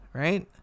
right